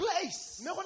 place